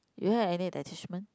did you have any attachments